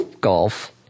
golf